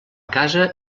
casa